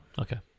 Okay